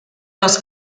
los